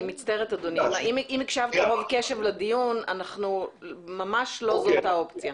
אם הקשבת רוב קשב לדיון ודאי שמעת שזו לא האופציה.